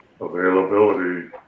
availability